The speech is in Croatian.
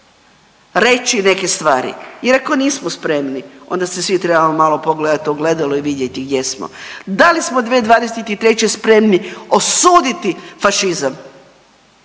reći neke stvari? Jer ako nismo spremni, onda se svi trebamo malo pogledati u ogledalo i vidjeti gdje smo. Da li smo 2023. spremni osuditi fašizam?